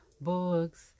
books